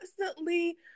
constantly